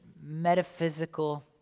metaphysical